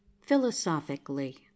Philosophically